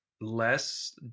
less